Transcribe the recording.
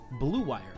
BLUEWIRE